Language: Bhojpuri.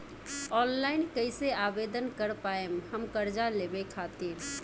ऑनलाइन कइसे आवेदन कर पाएम हम कर्जा लेवे खातिर?